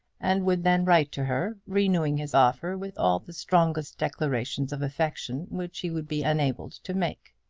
and would then write to her, renewing his offer with all the strongest declarations of affection which he would be enabled to make.